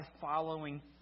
following